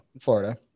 Florida